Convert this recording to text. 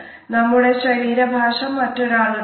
നമ്മുടെ ശരീര ഭാഷ മറ്റൊരാളുടേതല്ല